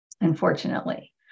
Unfortunately